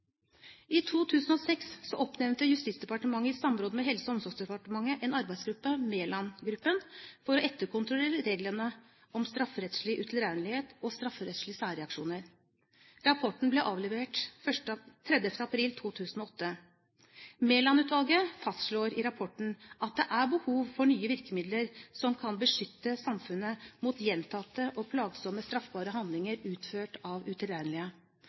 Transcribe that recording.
I 2006 oppnevnte Justisdepartementet i samråd med Helse- og omsorgsdepartementet en arbeidsgruppe, Mæland-gruppen, for å etterkontrollere reglene om strafferettslig utilregnelighet og strafferettslige særreaksjoner. Rapporten ble avlevert 30. april 2008. Mæland-utvalget fastslår i rapporten at det er behov for nye virkemidler som kan beskytte samfunnet mot gjentatte og plagsomme straffbare handlinger utført av utilregnelige.